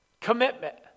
Commitment